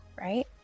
right